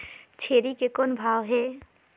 छेरी के कौन भाव हे?